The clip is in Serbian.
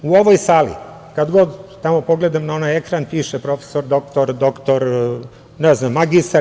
U ovoj sali, kada god tamo pogledam na onaj ekran piše - profesor, doktor, magistar.